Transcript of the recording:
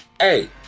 Hey